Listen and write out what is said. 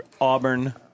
Auburn